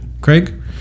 Craig